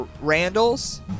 Randall's